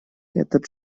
этот